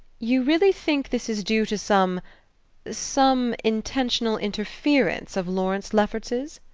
you really think this is due to some some intentional interference of lawrence lefferts's?